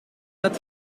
het